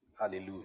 Hallelujah